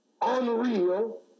unreal